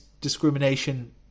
discrimination